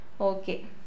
Okay